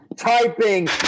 Typing